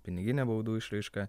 piniginę baudų išraišką